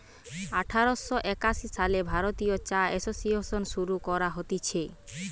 আঠার শ একাশি সালে ভারতীয় চা এসোসিয়েসন শুরু করা হতিছে